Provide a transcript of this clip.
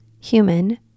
human